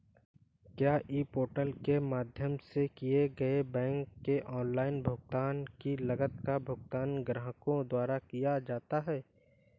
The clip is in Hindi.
क्या ई पोर्टल के माध्यम से किए गए बैंक के ऑनलाइन भुगतान की लागत का भुगतान ग्राहकों द्वारा किया जाता है?